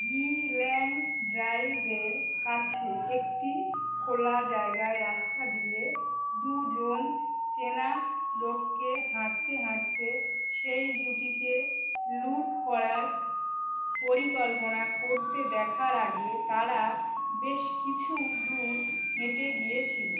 গিল্যাং ড্রাইভের কাছে একটি খোলা জায়গায় রাস্তা দিয়ে দুজন চেনা লোককে হাঁটতে হাঁটতে সেই জুটিকে লুঠ করার পরিকল্পনা করতে দেখার আগে তারা বেশ কিছু দূর হেঁটে গিয়েছিলো